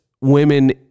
women